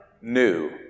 new